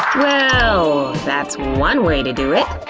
well, that's one way to do it!